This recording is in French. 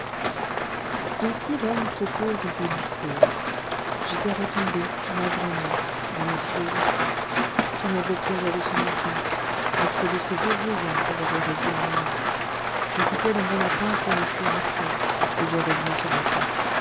ainsi l'homme propose et dieu dispose j'étais retombé malgré moi dans ma philosophie tous mes beaux projets de ce matin l'aspect de ces deux vieillards les avait réduits à néant je quittai le bon lapin pour n'y plus rentrer et je revenais sur mes pas